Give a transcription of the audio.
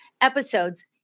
episodes